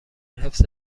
حفظ